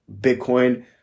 Bitcoin